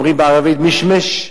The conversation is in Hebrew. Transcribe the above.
אומרים בערבית, מישמש?